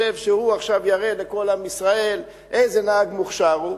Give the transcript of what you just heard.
והוא חושב שהוא עכשיו יראה לכל עם ישראל איזה נהג מוכשר הוא,